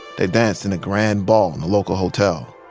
they danced in a grand ball in the local hotel.